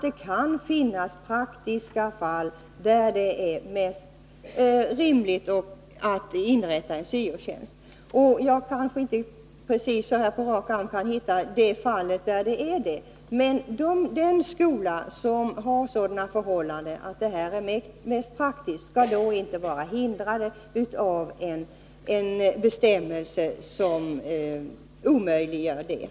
Det kan dock finnas fall där det är rimligt och praktiskt att inrätta tjänster som enbart syo-konsulent. Jag kan inte på rak arm ange något sådant fall, men vid de skolor där förhållandena är sådana att det är mest praktiskt att göra så, skall inte bestämmelserna omöjliggöra det.